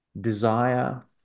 desire